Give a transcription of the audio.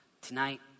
Tonight